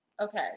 Okay